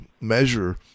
measure